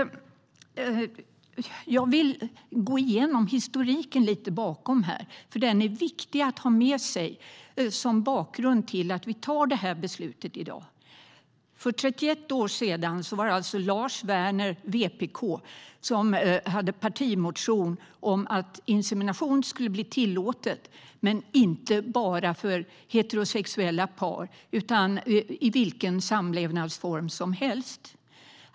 Jag vill gå igenom historiken som en bakgrund. Den är viktig att ha med sig när vi fattar det här beslutet i dag. För 31 år sedan hade Lars Werner, VPK, en partimotion om att insemination skulle bli tillåtet, och inte bara för heterosexuella par utan i vilken samlevnadsform som helst.